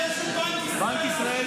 חבר הכנסת קריב,